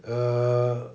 err